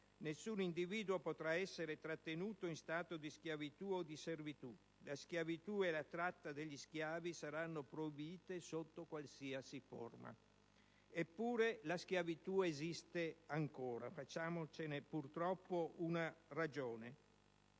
«Nessun individuo potrà essere tenuto in stato di schiavitù o di servitù. La schiavitù e la tratta degli schiavi saranno proibite sotto qualsiasi forma». Eppure, la schiavitù esiste ancora. Dobbiamo purtroppo farcene